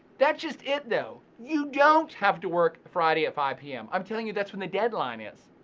that's just it though. you don't have to work friday at five pm. i'm telling you that's when the deadline is.